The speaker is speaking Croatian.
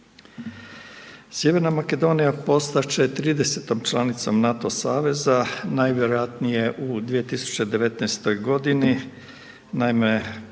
Sjeverna Makedonija, postati će 30 članicom NATO saveza, najvjerojatnije u 2019.g. naime